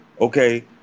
okay